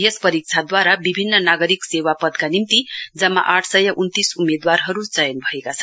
यस परीक्षणद्वारा विभिन्न नागरिक सेवा पदका निम्ति जम्मा आठ सय उन्तीस उम्मेदवारहरू चयन भएका छन्